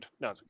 no